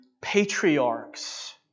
patriarchs